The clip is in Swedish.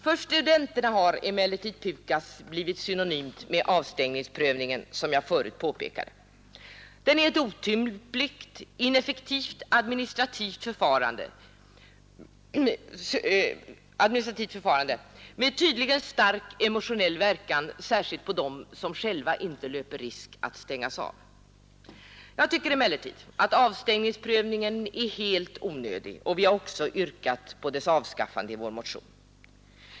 För studenterna har emellertid PUKAS blivit synonymt med avstängningsprövningen, som jag förut påpekade. Den är ett otympligt ineffektivt administrativt förfarande, tydligen med stark emotionell verkan särskilt på dem som själva inte löper risk att stängas av. Jag tycker emellertid att avstängningsprövningen är helt onödig, och vi har även yrkat på dess avskaffande i vår motion.